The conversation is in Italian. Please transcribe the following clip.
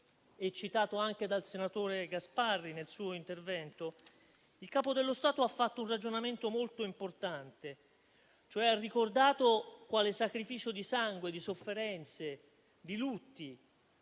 citato anche dal senatore Gasparri nel suo intervento, il Capo dello Stato ha fatto un ragionamento molto importante, ricordando quale sacrificio di sangue, di sofferenze e di lutti